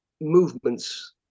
movements